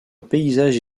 paysages